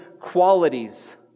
qualities